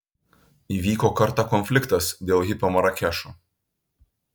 įvyko kartą konfliktas dėl hipio marakešo